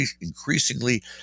increasingly